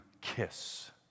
kiss